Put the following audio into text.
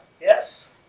Yes